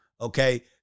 okay